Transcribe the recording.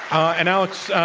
and alex,